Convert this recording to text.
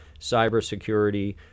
cybersecurity